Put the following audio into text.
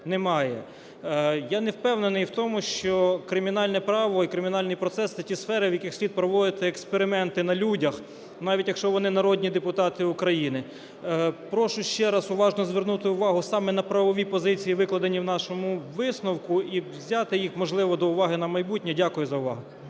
немає. Я не впевнений в тому, що кримінальне право і кримінальний процес – це ті сфери, в яких слід проводити експерименти на людях, навіть якщо вони народні депутати України. Прошу ще раз уважно звернути увагу саме на правові позиції, викладені в нашому висновку і взяти їх, можливо, до уваги на майбутнє. Дякую за увагу.